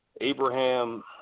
Abraham